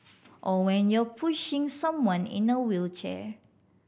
or when you're pushing someone in a wheelchair